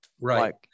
Right